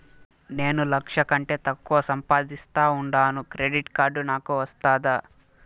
నేను లక్ష కంటే తక్కువ సంపాదిస్తా ఉండాను క్రెడిట్ కార్డు నాకు వస్తాదా